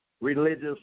religious